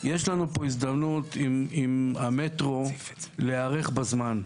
יש לנו פה הזדמנות עם המטרו להיערך בזמן.